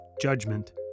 judgment